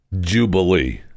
Jubilee